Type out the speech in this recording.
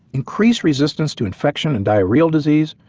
increase resistance to infection and diarrheal disease,